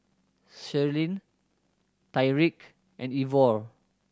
Sherlyn Tyreek and Ivor